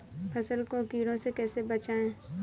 फसल को कीड़ों से कैसे बचाएँ?